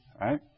right